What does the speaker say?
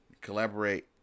Collaborate